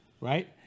right